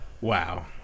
Wow